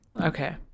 okay